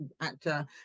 actor